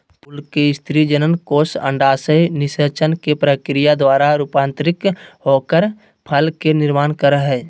फूल के स्त्री जननकोष अंडाशय निषेचन के प्रक्रिया द्वारा रूपांतरित होकर फल के निर्माण कर हई